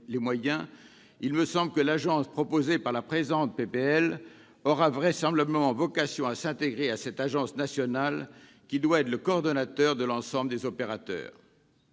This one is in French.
il me semble que l'agence proposée par la présente proposition de loi aura vraisemblablement vocation à s'intégrer à cette agence nationale, qui doit être le coordonnateur de l'ensemble des opérateurs.